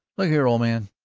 look here, old man,